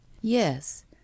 Yes